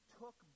took